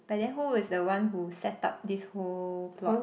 but then who was the one who set up this whole plot